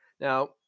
Now